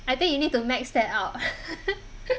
I think you need to max that out